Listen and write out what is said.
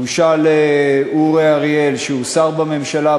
בושה לאורי אריאל, שהוא שר בממשלה.